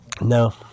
No